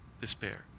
despair